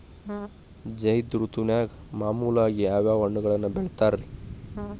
ಝೈದ್ ಋತುವಿನಾಗ ಮಾಮೂಲಾಗಿ ಯಾವ್ಯಾವ ಹಣ್ಣುಗಳನ್ನ ಬೆಳಿತಾರ ರೇ?